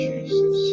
Jesus